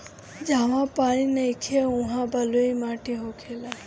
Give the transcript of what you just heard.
जहवा पानी नइखे उहा बलुई माटी होखेला